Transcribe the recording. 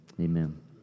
amen